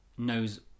knows